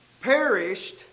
perished